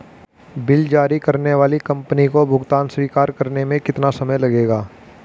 Bill जारी करने वाली कंपनी को भुगतान स्वीकार करने में कितना समय लगेगा?